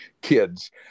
kids